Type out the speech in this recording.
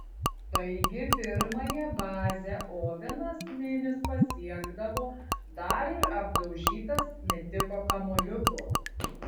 taigi pirmąją bazę ovenas minis pasiekdavo dar ir apdaužytas metiko kamuoliukų